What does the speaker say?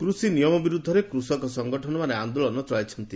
କୃଷି ନିୟମ ବିରୁଦ୍ଧରେ କୃଷକ ସଂଗଠନମାନେ ଆନ୍ଦୋଳନ ଚଳାଇଛନ୍ତି